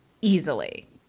easily